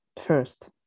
first